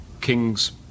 King's